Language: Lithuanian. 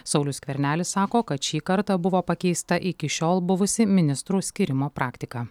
saulius skvernelis sako kad šį kartą buvo pakeista iki šiol buvusi ministrų skyrimo praktika